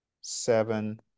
seven